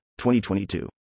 2022